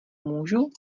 můžu